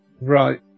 Right